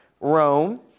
Rome